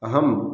अहम्